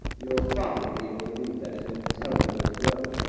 your father will be able to read that, and tell you where to go.